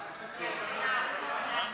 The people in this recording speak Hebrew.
כלכלה, אדוני.